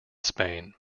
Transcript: spain